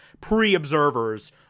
pre-observers